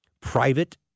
private